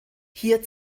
hier